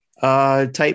type